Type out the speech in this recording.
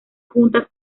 juntas